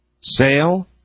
sale